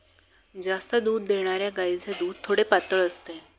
जास्त दूध देणाऱ्या गायीचे दूध थोडे पातळ असते